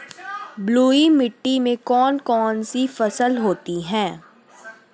बलुई मिट्टी में कौन कौन सी फसल होती हैं?